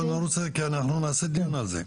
בוא לא ניכנס לזה כי נעשה דיון על זה.